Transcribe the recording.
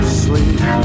sleep